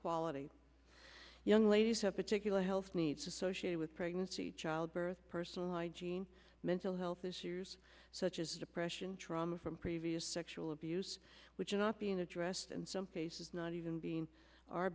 quality young ladies have particular health needs associated with pregnancy childbirth personal id mental health issues such as depression trauma from previous sexual abuse which are not being addressed and some cases not even being are